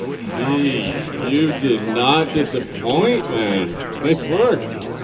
dee. you did not disappoint man, nice work.